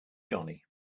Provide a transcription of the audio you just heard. johnny